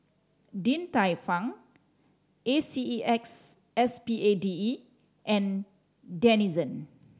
Din Tai Fung A C E X S P A D E and Denizen